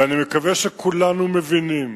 ואני מקווה שכולנו מבינים